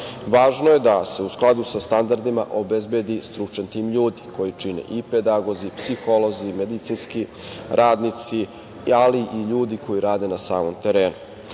Važno je da se u skladu sa standardima obezbedi stručan tim ljudi koji čine i pedagozi, psiholozi, medicinski radnici, ali i ljudi koji rade na samom terenu. Moram